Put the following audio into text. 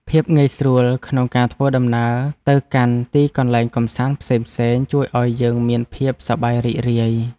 ភាពងាយស្រួលក្នុងការធ្វើដំណើរទៅកាន់ទីកន្លែងកម្សាន្តផ្សេងៗ ជួយឱ្យយើងមានភាពសប្បាយរីករាយ។